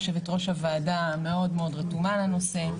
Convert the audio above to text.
יושבת-ראש הוועדה מאוד מאוד רתומה לנושא,